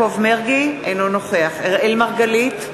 אינו נוכח אראל מרגלית,